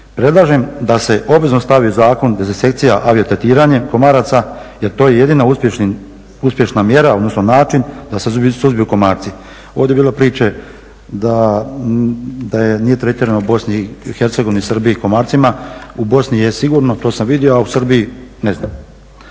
Predlažem da se obvezno stavi u zakon dezinsekcija aviotretiranjem komaraca, jer to je jedina uspješna mjera, odnosno način da se suzbiju komarci. Ovdje je bilo priče da nije tretirano u Bosni i Hercegovini, Srbiji komarcima. U Bosni je sigurno, to sam vidio, a u Srbiji ne znam.